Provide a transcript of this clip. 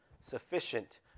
Sufficient